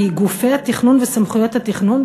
מגופי התכנון וסמכויות התכנון?